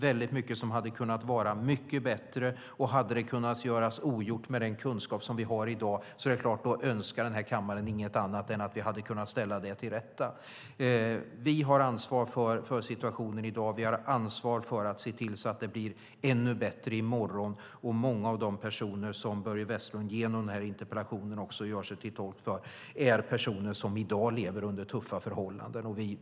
Väldigt mycket hade kunnat vara mycket bättre. Hade det kunnat göras ogjort med den kunskap som vi har i dag önskar den här kammaren inget annat än att vi hade kunnat ställa det till rätta. Vi har ansvar för situationen i dag. Vi har ansvar för att se till att det blir ännu bättre i morgon. Många av de personer som Börje Vestlund gör sig till tolk för genom den här interpellationen lever i dag under tuffa förhållanden.